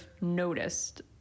noticed